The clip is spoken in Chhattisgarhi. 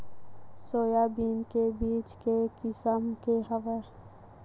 सोयाबीन के बीज के किसम के हवय?